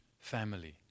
family